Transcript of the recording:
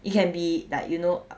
it can be like you know